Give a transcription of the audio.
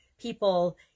people